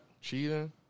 Cheating